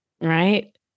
right